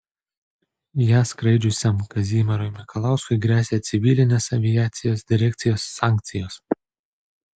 ja skraidžiusiam kazimierui mikalauskui gresia civilinės aviacijos direkcijos sankcijos